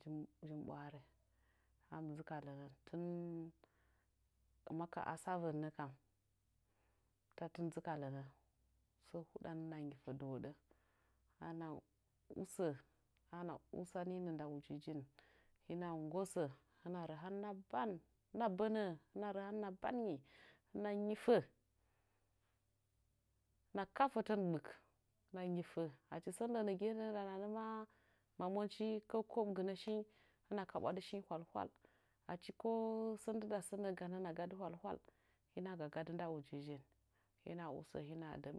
jum jumɓware a hɨn mɨ dzɨ ka lə nən tɨn maka asavən nə kam tatɨn dzɨ ka lənə səə huɗanənnə kam hɨna nyifə dɨhoɗə ana usə ana usaninə dna ujijin hina nggosə hɨna rə hen hɨna ban hɨna bənə hɨna rə han hɨna banyi hɨna nyɨfa hɨna ka fətən gbɨk hɨna nyifə achi sən lɨnəgiye nə'ə lananəma ma monchi ko kəbgɨnə shin hɨna kabwadɨ shin hwal hwal achi ko sən ndɨɗa sə nə'ə ganə hɨna gə hwalhwal hɨna gagadɨ nda wijin hina usə hɨna dɨmə'ə